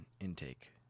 intake